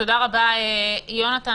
תודה רבה, יונתן.